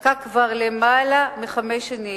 נחקק כבר לפני למעלה מחמש שנים,